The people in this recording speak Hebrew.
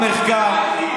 סטטיסטיקה,